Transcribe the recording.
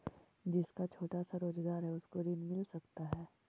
जिसका छोटा सा रोजगार है उसको ऋण मिल सकता है?